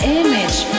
image